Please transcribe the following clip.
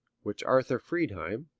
which arthur friedheim,